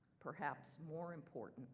perhaps more important